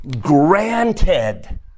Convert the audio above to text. granted